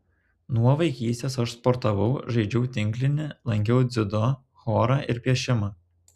nuo vaikystės aš sportavau žaidžiau tinklinį lankiau dziudo chorą ir piešimą